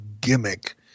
gimmick